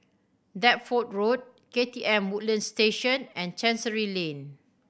Deptford Road K T M Woodlands Station and Chancery Lane